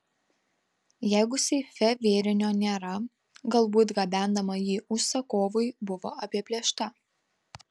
jeigu seife vėrinio nėra galbūt gabendama jį užsakovui buvo apiplėšta